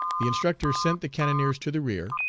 the instructor sent the cannoneers to the rear,